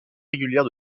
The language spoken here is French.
régulière